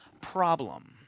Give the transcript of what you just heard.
problem